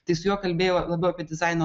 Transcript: tai su juo kalbėjau labiau apie dizaino